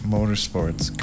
Motorsports